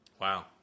Wow